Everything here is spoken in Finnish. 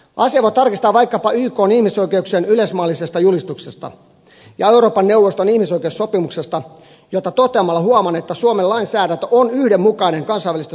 asian voi tarkistaa vaikkapa ykn ihmisoikeuksien yleismaailmallisesta julistuksesta ja euroopan neuvoston ihmisoikeussopimuksesta jota tar kastelemalla huomaan että suomen lainsäädäntö on yhdenmukainen kansainvälisten sopimusten kanssa